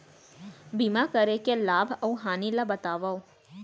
बीमा करे के लाभ अऊ हानि ला बतावव